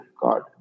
God